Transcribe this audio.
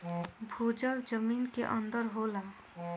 भूजल जमीन के अंदर होला